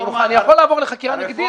אני יכול לעבור לחקירה נגדית.